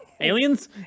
Aliens